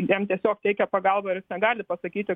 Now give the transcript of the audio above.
jam tiesiog teikia pagalbą ir jis negali pasakyti